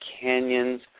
canyons